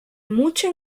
mucho